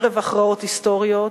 ערב הכרעות היסטוריות,